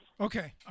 Okay